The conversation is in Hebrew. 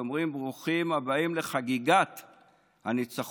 אומרים: ברוכים הבאים לחגיגת הניצחון.